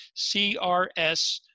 CRS-